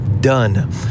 done